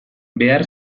behar